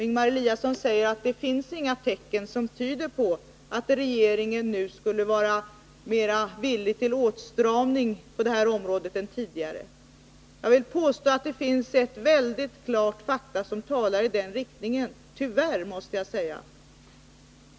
Ingemar Eliasson säger att det inte finns några tecken som tyder på att regeringen nu skulle vara mera villig till åtstramning på det här området än tidigare. Jag vill påstå att det finns ett mycket klart faktum som talar i den riktningen — tyvärr måste jag säga.